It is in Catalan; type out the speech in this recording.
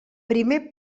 primer